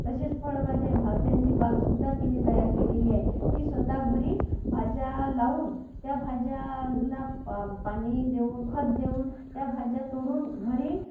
तसेच फळभाज्या भाज्यांची बागसुद्धा तिने तयार केलेली आहे ती स्वतः घरी भाज्या लावून त्या भाज्याला पा पाणी देऊन खत देऊन त्या भाज्या तोडून घरी